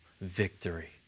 victory